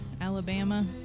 Alabama